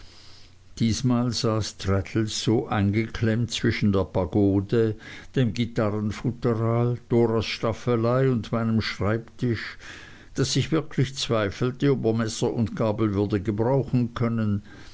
diesmal saß traddles so eingeklemmt zwischen der pagode dem gitarrenfutteral doras staffelei und meinem schreibtisch daß ich wirklich zweifelte ob er messer und gabel würde gebrauchen können